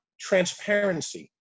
transparency